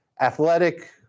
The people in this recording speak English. athletic